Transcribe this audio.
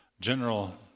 General